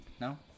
No